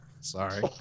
Sorry